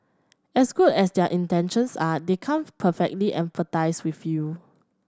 as good as their intentions are they can't perfectly empathise with you